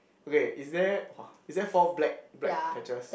okay is there !wah! is there four black black patches